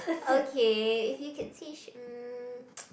okay he could teach mm